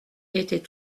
était